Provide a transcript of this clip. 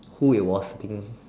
who it was I think